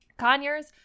Conyers